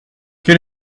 quel